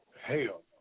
Hell